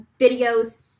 videos